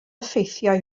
ffeithiau